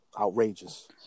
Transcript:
Outrageous